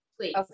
please